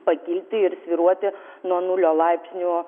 pakilti ir svyruoti nuo nulio laipsnių